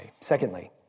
Secondly